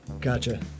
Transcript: Gotcha